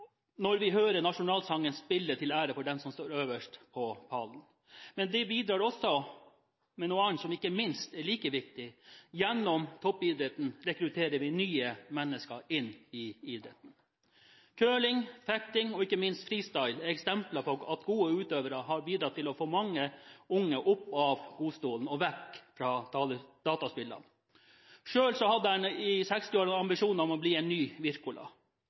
når vi hører nasjonalsangen spilles til ære for den som står øverst på pallen. Men det bidrar også med noe annet som ikke minst er like viktig: Gjennom toppidretten rekrutterer vi nye mennesker inn i idretten. Curling, fekting og ikke minst freestyle er eksempler på at gode utøvere har bidratt til å få mange unge opp av godstolen og vekk fra dataspillene. Selv hadde jeg i 1960-årene ambisjoner om å bli en ny